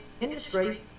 industry